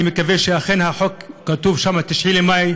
אני מקווה שאכן בחוק כתוב 9 במאי